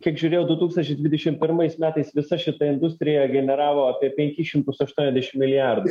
kiek žiūrėjau du tūkstančiai dvidešim pirmais metais visa šita industrija generavo apie penkis šimtus aštuoniasdešim milijardų